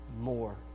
more